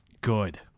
Good